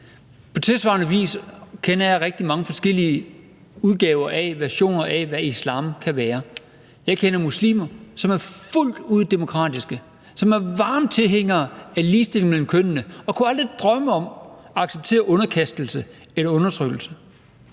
På tilsvarende vis kender jeg rigtig mange forskellige udgaver af, hvad islam kan være. Jeg kender muslimer, som er fuldt ud demokratiske, som er varme tilhængere af ligestilling mellem kønnene, og som aldrig kunne drømme om at acceptere underkastelse eller undertrykkelse.